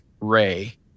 Ray